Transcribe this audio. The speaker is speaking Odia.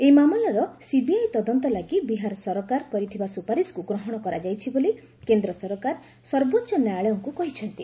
ଏହି ମାମଲାର ସିବିଆଇ ତଦନ୍ତ ଲାଗି ବିହାର ସରକାର କରିଥିବା ସୁପାରିସ୍କୁ ଗ୍ରହଣ କରାଯାଇଛି ବୋଲି କେନ୍ଦ୍ର ସରକାର ସର୍ବୋଚ୍ଚ ନ୍ୟାୟାଳୟଙ୍କୁ କହିଛନ୍ତି